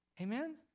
Amen